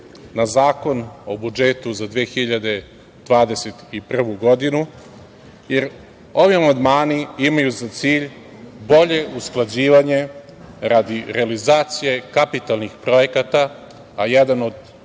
na Zakon o budžetu za 2021. godinu, jer ovi amandmani imaju za cilj bolje usklađivanje radi realizacije kapitalnih projekata, a jedan od